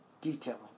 detailing